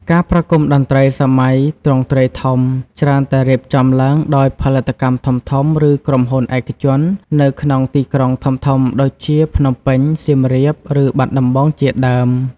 ការប្រគំតន្ត្រីសម័យទ្រង់ទ្រាយធំ ច្រើនតែរៀបចំឡើងដោយ ផលិតកម្មធំៗ ឬក្រុមហ៊ុនឯកជន នៅក្នុងទីក្រុងធំៗដូចជាភ្នំពេញ សៀមរាប ឬបាត់ដំបងជាដើម។